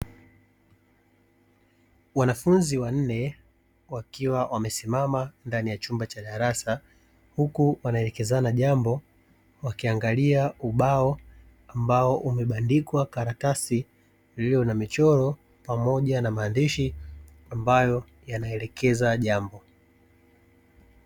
Wanafunzi wanne wakiwa wamesimama ndani ya chumba cha darasa huku wakielekezana jambo, wakiangalia ubao ambao umebandikwa karatasi iliyo na michoro pamoja na maandishi ambayo yanaelekeza jambo.